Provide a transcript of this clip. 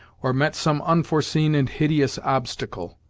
or met some unforeseen and hideous obstacle.